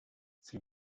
sie